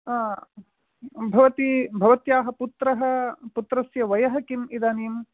भवती भवत्याः पुत्रः पुत्रस्य वयः किम् इदानीं